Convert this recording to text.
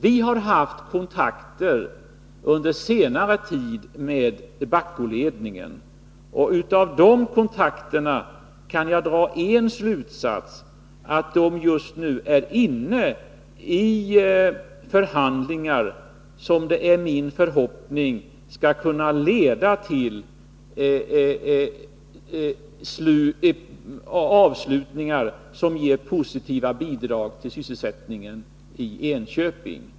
Vi har under senare tid haft kontakter med Bahcoledningen, och av de kontakterna kan jag dra en slutsats, nämligen att Bahco just nu har förhandlingar som jag hoppas skall kunna leda till en avslutning som ger positiva bidrag till sysselsättningen i Enköping.